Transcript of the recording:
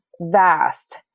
vast